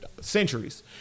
centuries